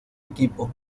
equipo